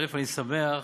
אני שמח